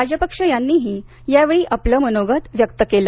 राजपक्ष यांनीही या वेळी आपल मनोगत व्यक्त केल